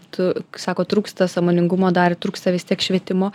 tu sakot trūksta sąmoningumo dar trūksta vis tiek švietimo